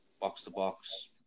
box-to-box